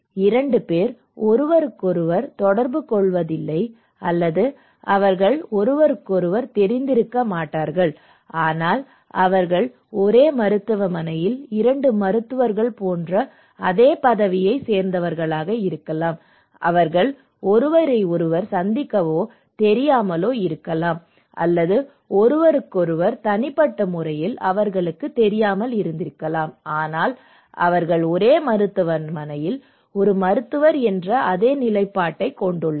இரண்டு பேர் ஒருவருக்கொருவர் தொடர்புகொள்வதில்லை அல்லது அவர்கள் ஒருவருக்கொருவர் தெரிந்திருக்க மாட்டார்கள் ஆனால் அவர்கள் ஒரு மருத்துவமனையில் இரண்டு மருத்துவர்கள் போன்ற அதே பதவியைச் சேர்ந்தவர்கள் அவர்கள் ஒருவரை ஒருவர் சந்திக்கவோ தெரியாமலோ இருக்கலாம் அல்லது ஒருவருக்கொருவர் தனிப்பட்ட முறையில் அவர்களுக்குத் தெரியாது ஆனால் அவர்கள் ஒரே மருத்துவமனையில் ஒரு மருத்துவர் என்ற அதே நிலைப்பாட்டைக் கொண்டுள்ளனர்